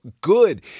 good